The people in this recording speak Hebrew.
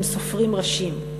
הם סופרים ראשים.